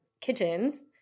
kitchens